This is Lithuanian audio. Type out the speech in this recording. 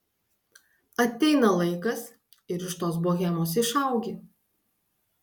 ateina laikas ir iš tos bohemos išaugi